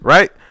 Right